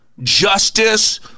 justice